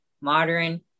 modern